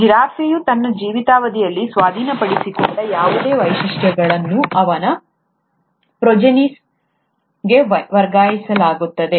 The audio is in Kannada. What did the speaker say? ಜಿರಾಫೆಯು ತನ್ನ ಜೀವಿತಾವಧಿಯಲ್ಲಿ ಸ್ವಾಧೀನಪಡಿಸಿಕೊಂಡ ಯಾವುದೇ ವೈಶಿಷ್ಟ್ಯಗಳನ್ನು ಅವನ ಪ್ರೊಜೆನ್ಸಿಗೆ ವರ್ಗಾಯಿಸಲಾಗುತ್ತದೆ